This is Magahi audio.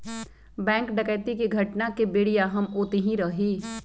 बैंक डकैती के घटना के बेरिया हम ओतही रही